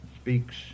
speaks